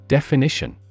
Definition